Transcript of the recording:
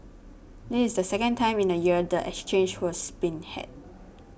this is the second time in a year the exchange was been hacked